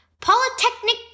Polytechnic